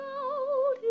out